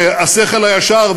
והשכל הישר,